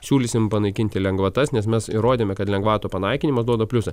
siūlysim panaikinti lengvatas nes mes įrodėme kad lengvatų panaikinimas duoda pliusą